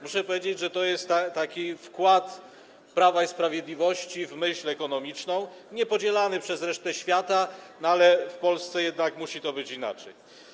Muszę powiedzieć, że to jest taki wkład Prawa i Sprawiedliwości w myśl ekonomiczną, co jest niepodzielane przez resztę świata, ale w Polsce jednak musi być inaczej.